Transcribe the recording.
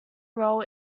role